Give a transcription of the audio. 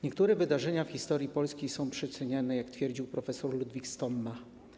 Niektóre wydarzenia w historii Polski są przeceniane, jak twierdził profesor Ludwik Stomma.